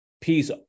peace